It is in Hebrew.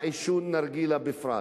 מעישון נרגילה בפרט.